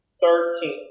thirteen